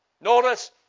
Notice